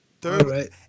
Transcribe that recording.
Third